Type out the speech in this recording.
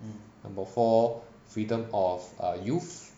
number four err freedom of youth